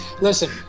Listen